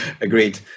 Agreed